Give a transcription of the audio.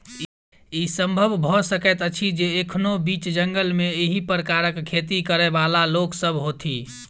ई संभव भ सकैत अछि जे एखनो बीच जंगल मे एहि प्रकारक खेती करयबाला लोक सभ होथि